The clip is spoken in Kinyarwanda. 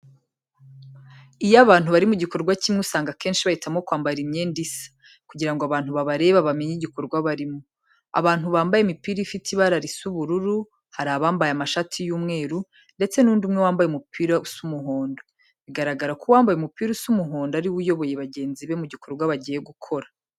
Iyo abantu bari mu gikorwa kimwe usanga akenshi bahitamo kwambara imyenda isa, kugira ngo abantu babareba bamenye igikorwa barimo. Abantu bambaye imipira ifite ibara risa ubururu, hari abambaye amashati y'umweru, ndetse n'undi umwe wambaye umupira usa umuhondo. Bigaragara ko uwambaye umupira usa umuhondo ariwe uyoboye bagenzi be mu gikorwa bagiye gukora.